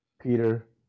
Peter